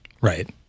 Right